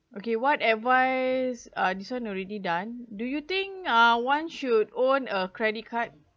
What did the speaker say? okay what advice uh this one already done do you think uh one should own a credit card